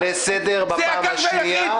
אני לא רוצה לקרוא אותך לסדר בפעם השלישית,